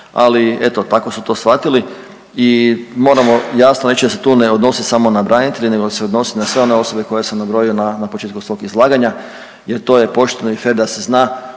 ali eto, tako su to shvatili i moramo jasno reći da se tu ne odnosi samo na branitelje nego se odnosi na sve one osobe koje sam nabrojio na početku svog izlaganja jer to je pošteno i fer da se zna